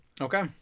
Okay